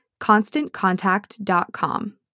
ConstantContact.com